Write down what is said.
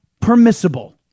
permissible